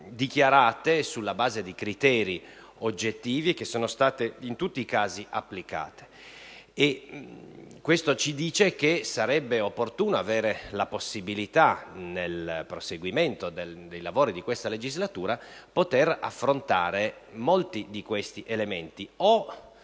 formulate sulla base di criteri oggettivi che sono stati in tutti i casi applicati. Questo ci dice che sarebbe opportuno avere la possibilità, nel prosieguo dei lavori di questa legislatura, di affrontare molti di questi elementi